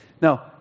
Now